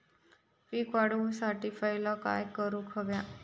पीक वाढवुसाठी पहिला काय करूक हव्या?